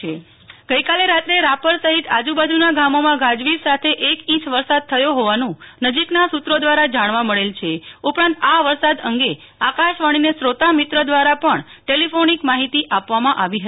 નેહ્લ ઠક્કર રાપર વરસાદ ગઈકાલે રાત્રે રાપર સહિત આજુબાજુના ગામોમાં ગાજવીજ સાથે એક ઈંચ વરસદા થયો હોવાનું નજીકના સુ ત્રો દ્રારા જાણવા મળેલ છે ઉપરાંત આ વરસાદ અંગે આકાશવાણીને શ્રોતામિત્ર દ્રારા પણ ટેલિફોનિક માહિતી આપવામાં આવી હતી